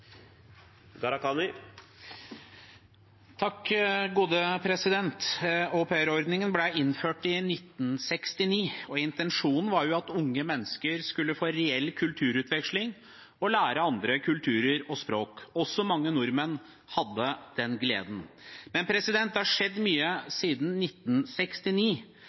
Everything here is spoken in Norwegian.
innført i 1969, og intensjonen var at unge mennesker skulle få reell kulturutveksling og lære andre kulturer og språk. Også mange nordmenn hadde den gleden. Men det har skjedd mye siden 1969,